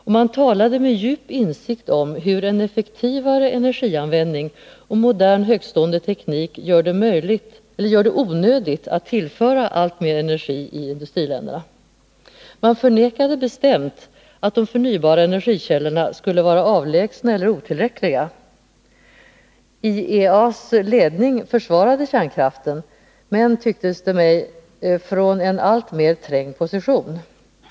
Och man talade med djup insikt om hur en mera effektiv energianvändning och modern, högtstående teknik gör det onödigt att tillföra industriländerna alltmer energi. Man förnekade bestämt att de förnybara energikällorna skulle vara avlägsna eller otillräckliga. IEA:s ledning försvarade kärnkraften, men, tycktes det mig, från en alltmer trängd position.